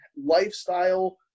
lifestyle